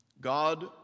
God